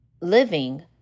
living